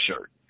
shirt